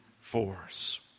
force